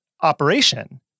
operation